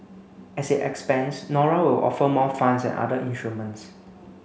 as it expands Nora will offer more funds and other instruments